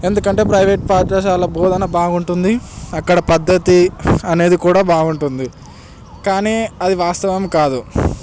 ఎందుకంటే ప్రైవేట్ పాఠశాల బోధన బాగుంటుంది అక్కడ పద్ధతి అనేది కూడా బాగుంటుంది కానీ అది వాస్తవం కాదు